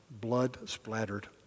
blood-splattered